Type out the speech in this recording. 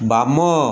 ବାମ